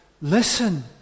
Listen